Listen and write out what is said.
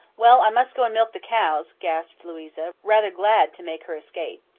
well, i must go and milk the cows, gasped louisa, rather glad to make her escape.